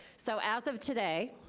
so as of today,